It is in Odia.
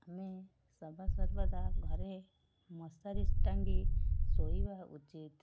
ଆମେ ସଦାସର୍ବଦା ଘରେ ମଶାରୀ ଟାଙ୍ଗି ଶୋଇବା ଉଚିତ